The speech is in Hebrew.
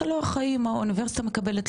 אתה לא אחראי אם האוניברסיטה מקבלת,